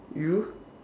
you